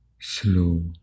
slow